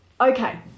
Okay